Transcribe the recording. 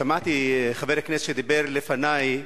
שמעתי את חבר הכנסת שדיבר לפני,